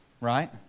Right